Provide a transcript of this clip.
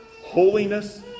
holiness